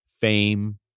fame